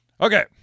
Okay